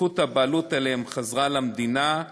זכות הבעלות עליהן חזרה למדינה,